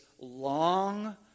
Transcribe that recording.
long